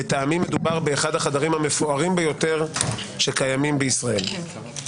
לטעמי מדובר באחד החדרים המפוארים ביותר שקיימים בישראל.